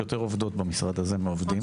יש יותר עובדות במשרד הזה מעובדים.